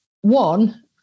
one